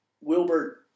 Wilbert